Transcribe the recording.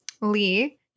Lee